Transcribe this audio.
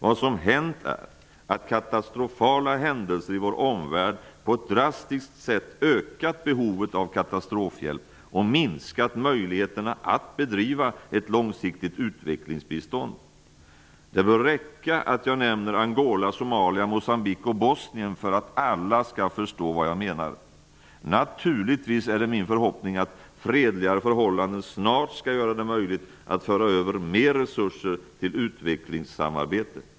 Vad som hänt är att katastrofala händelser i vår omvärld på ett drastiskt sätt ökat behovet av katastrofhjälp och minskat möjligheterna att bedriva ett långsiktigt utvecklingsbistånd. Det bör räcka att jag nämner Angola, Somalia, Mocambique och Bosnien för att alla skall förstå vad jag menar. Det är naturligtvis min förhoppning att fredliga förhållanden snart skall göra det möjligt att föra över mer resurser till utvecklingssamarbete.